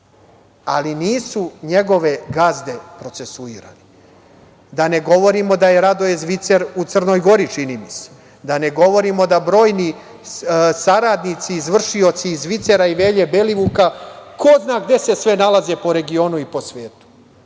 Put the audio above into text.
ali nisu njegove gazde procesuirane. Da ne govorimo da je Radoje Zvicer u Crnoj Gori, čini mi se, da ne govorimo da brojni saradnici, izvršioci Zvicera i Velje Belivuka ko zna gde se sve nalaze po regionu i po svetu. Dakle,